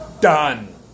Done